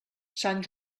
sant